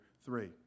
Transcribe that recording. three